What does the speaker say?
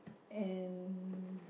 and